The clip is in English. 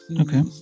Okay